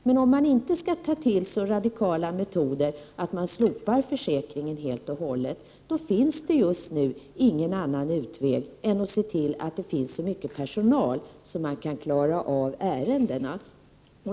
Men om man inte skall ta till så radikala metoder att man slopar försäkringen helt och hållet, finns det just nu ingen annan utväg än att se till att det finns så mycket personal att man kan klara av ärendena.